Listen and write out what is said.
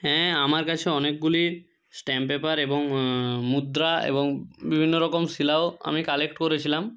হ্যাঁ আমার কাছে অনেকগুলি স্ট্যাম্প পেপার এবং মুদ্রা এবং বিভিন্ন রকম শিলাও আমি কালেক্ট করেছিলাম